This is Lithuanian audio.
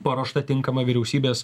paruošta tinkama vyriausybės